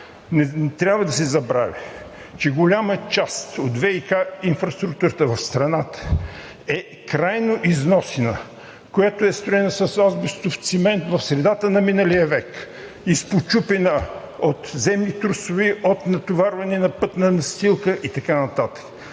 Не трябва да се забравя, че голяма част от ВиК инфраструктурата в страната е крайно износена, която е строена с азбестов цимент в средата на миналия век, изпочупена от земни трусове, от натоварване на пътна настилка и така нататък.